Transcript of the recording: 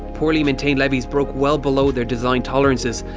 poorly maintained levees broke well below their design tolerances,